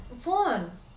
phone